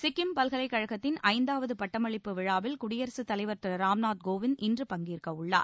சிக்கிம் பல்கலைக்கழகத்தின் ஐந்தாவது பட்டமளிப்பு விழாவில் குடியரசுத் தலைவர் திரு ராம்நாத் கோவிந்த் இன்று பங்கேற்கவுள்ளார்